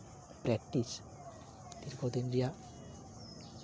practice ᱫᱤᱨᱜᱷᱚ ᱫᱤᱱ ᱨᱮᱭᱟᱜ